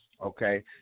okay